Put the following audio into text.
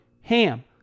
HAM